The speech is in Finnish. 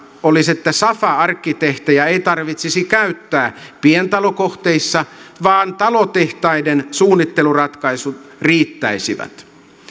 olisi että safa arkkitehteja ei tarvitsisi käyttää pientalokohteissa vaan talotehtaiden suunnitteluratkaisut riittäisivät